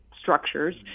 structures